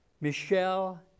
Michelle